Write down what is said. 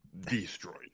Destroyed